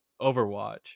overwatch